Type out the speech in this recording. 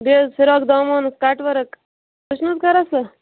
بیٚیہِ حَظ فِراک دامانس کٹَورک تُہۍ چھِ حَظ کران سُہ